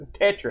Tetris